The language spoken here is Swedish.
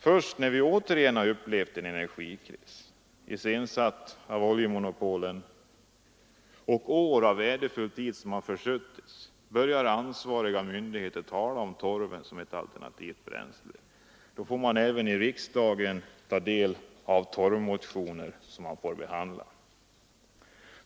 Först när vi återigen upplevt en energikris, iscensatt av oljemonopolen, och värdefull tid har försuttits börjar ansvariga myndigheter tala om torven som ett alternativt bränsle. Då får vi även i riksdagen torvmotioner att behandla.